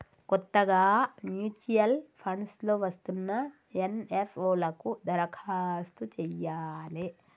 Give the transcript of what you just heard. కొత్తగా mutual funds లో వస్తున్న ఎన్.ఎఫ్.ఓ లకు దరఖాస్తు చెయ్యాలే